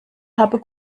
habe